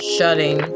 Shutting